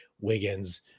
Wiggins –